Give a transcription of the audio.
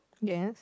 yes